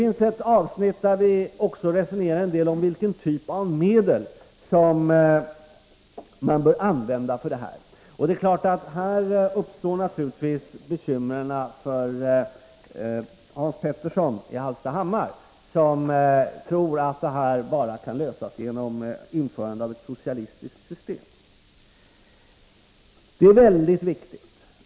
I ett avsnitt resonerar vi om vilken typ av medel som bör användas för att uppnå våra syften. Här uppstår det naturligtvis bekymmer för Hans Petersson i Hallstahammar, som tror att de här frågorna bara kan lösas genom införande av ett socialistiskt samhällssystem.